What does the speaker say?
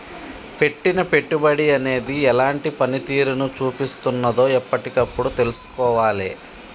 పెట్టిన పెట్టుబడి అనేది ఎలాంటి పనితీరును చూపిస్తున్నదో ఎప్పటికప్పుడు తెల్సుకోవాలే